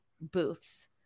booths